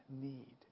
need